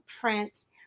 prints